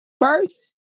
first